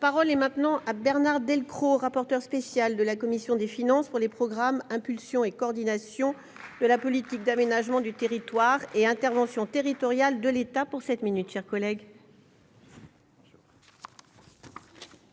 La parole est maintenant à Bernard Delcros, rapporteur spécial de la commission des finances pour les programmes impulsion et coordination de la politique d'aménagement du territoire et intervention territoriale de l'État pour 7 minutes chers collègues.